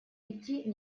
идти